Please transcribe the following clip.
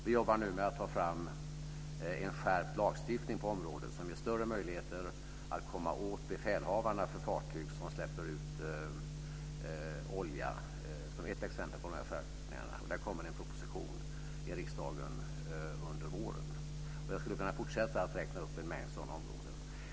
Vi jobbar nu på att ta fram en skärpt lagstiftning på området som ger större möjligheter att komma åt befälhavarna på fartyg som släpper ut olja. Det är ett exempel på skärpningarna. Där kommer en proposition till riksdagen under våren. Jag skulle kunna fortsätta att räkna upp en mängd sådana områden.